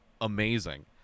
amazing